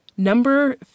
Number